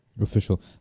official